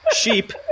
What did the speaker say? sheep